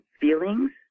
feelings